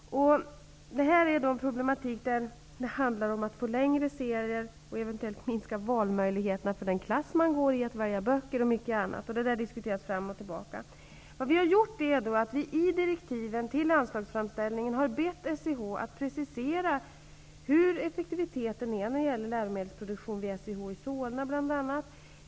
Detta är ett problem där det handlar om att få längre serier och eventuellt minska valmöjligheterna för klasserna att välja böcker. Detta har diskuterats fram och tillbaka. I direktiven till anslagsframställningen har vi bett SIH att precisera hur effektiviteten är när det gäller läromedelsproduktion vid SIH i Solna bl.a.